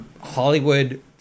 Hollywood